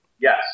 Yes